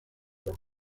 was